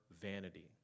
vanity